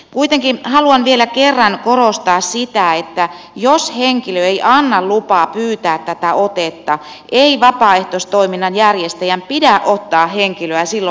kuitenkin haluan vielä kerran korostaa sitä että jos henkilö ei anna lupaa pyytää tätä otetta ei vapaaehtoistoiminnan järjestäjän pidä ottaa henkilöä silloin vapaaehtoiseksi